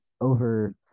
Over